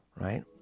Right